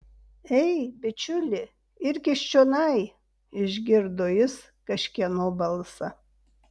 ei bičiuli irkis čionai išgirdo jis kažkieno balsą